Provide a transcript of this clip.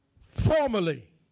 Formally